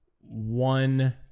one